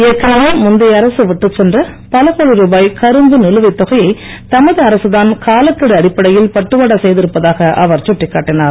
ஏற்கனவே முந்தைய அரசு விட்டுச்சென்ற பல கோடி ருபாய் கரும்பு நிலுவை தொகையை தமது அரசுதான் காலக்கெடு அடிப்படையில் பட்டுவாடா செய்து இருப்பதாக அவர் சுட்டிக்காட்டினார்